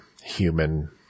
human